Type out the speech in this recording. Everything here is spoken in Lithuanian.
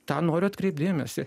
tą noriu atkreipti dėmesį